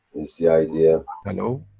is the idea. hello?